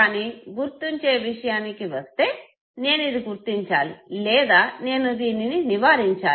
కానీ గుర్తుంచే విషయానికి వస్తే నేను ఇది గుర్తించాలి లేదా నేను దీనిని నివారించాలి